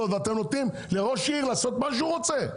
ואתה נותן לראש עיר לעשות מה שהוא רוצה.